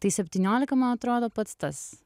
tai septyniolika man atrodo pats tas